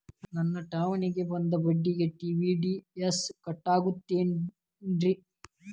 ನನ್ನ ಠೇವಣಿಗೆ ಬಂದ ಬಡ್ಡಿಗೆ ಟಿ.ಡಿ.ಎಸ್ ಕಟ್ಟಾಗುತ್ತೇನ್ರೇ?